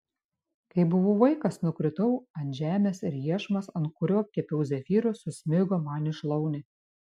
kai buvau vaikas nukritau ant žemės ir iešmas ant kurio kepiau zefyrus susmigo man į šlaunį